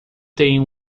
tenho